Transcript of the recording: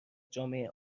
جامعه